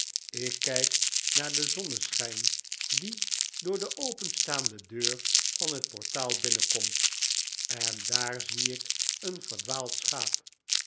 ik kijk naar den zonneschijn die door de openstaande deur van het portaal binnenttomt en daar zie ik een verdwaald schaap